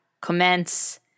commence